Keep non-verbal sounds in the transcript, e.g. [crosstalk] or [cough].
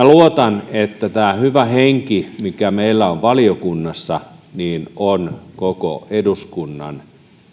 [unintelligible] luotan että tämä hyvä henki mikä meillä on valiokunnassa on koko eduskunnan